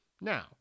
Now